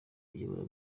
uyobora